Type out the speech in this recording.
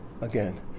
again